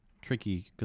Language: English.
tricky